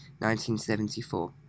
1974